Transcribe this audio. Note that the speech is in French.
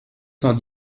cent